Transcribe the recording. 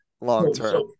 long-term